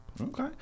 Okay